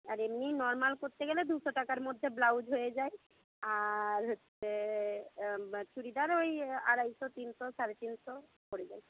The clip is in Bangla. আর এমনি নর্মাল করতে গেলে দুশো টাকার মধ্যে ব্লাউজ হয়ে যায় আর হচ্ছে চুড়িদার ওই আড়াইশো তিনশো সাড়ে তিনশো পড়ে যায়